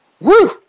Woo